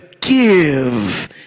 give